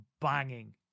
banging